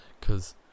cause